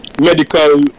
medical